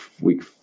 week